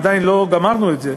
עדיין לא גמרנו את זה,